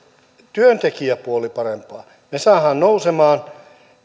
työntekijäpuoli parempaa niin me saamme nousemaan